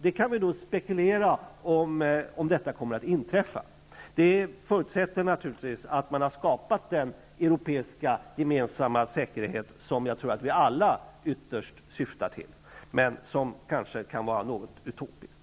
Vi kan spekulera om huruvida detta kommer att inträffa. Det föurtsätter naturligtvis att man har skapat den europeiska gemesamma säkerhet som jag tror att vi alla ytterst syftar till men som kanske kan vara något utopiskt.